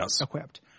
equipped